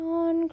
on